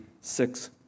six